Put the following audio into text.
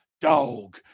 dog